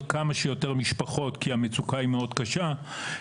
כמה שיותר משפחות כי המצוקה היא מאוד קשה,